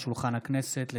הכנסת,